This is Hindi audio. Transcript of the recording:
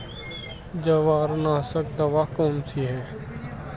जवारनाशक दवा कौन सी है?